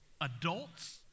adults